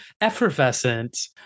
effervescent